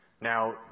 Now